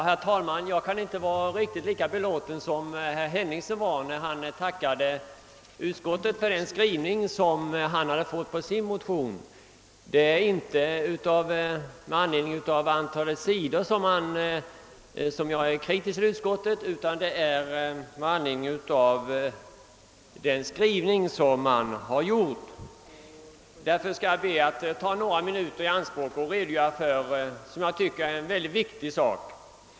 Herr talman! Jag kan inte vara riktigt lika belåten som herr Henningsson var när han tackade utskottet för dess skrivning beträffande hans motion. Det är inte med tanke på antalet sidor i utlåtandet som jag är kritisk mot utskottet, utan det är just med anledning av skrivningen. Därför ber jag att få ta några minuter i anspråk för att redogöra för en enligt min mening mycket viktig fråga.